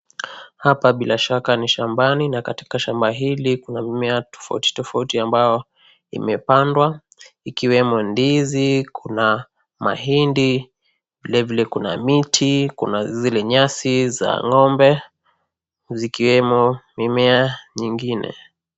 Hapa bila shaka ni shambani na katika shamba hili kuna mimea tofauti tofauti ambayo imepandwa ikiwemo ndizi, kuna mahindi, vile vile kuna miti, kuna nyasi za ngombe vikiwemo mimea nyingine.